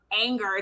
anger